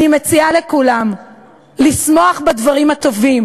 אני מציעה לכולם לשמוח בדברים הטובים